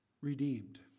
redeemed